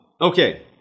okay